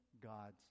god's